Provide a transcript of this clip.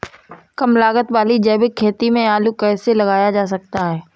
कम लागत वाली जैविक खेती में आलू कैसे लगाया जा सकता है?